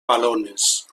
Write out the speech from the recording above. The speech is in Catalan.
balones